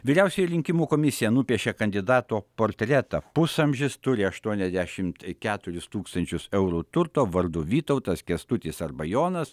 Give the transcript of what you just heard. vyriausioji rinkimų komisija nupiešė kandidato portretą pusamžis turi aštuoniasdešimt keturis tūkstančius eurų turto vardu vytautas kęstutis arba jonas